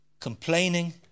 complaining